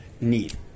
need